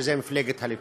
שזאת מפלגת הליכוד.